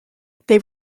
they